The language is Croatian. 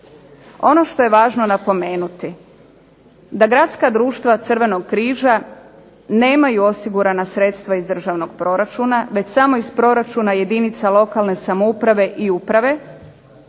Ono što je važno napomenuti, da gradska društva Crvenog križa nemaju osigurana sredstva iz državnog proračuna, već samo iz proračuna jedinica lokalne samouprave i uprave